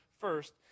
first